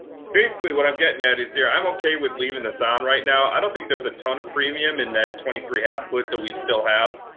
basically what i'm getting at is, yeah, i'm ok with leaving this on right now. i don't think there's a ton of premium in that twenty three half put that we still have.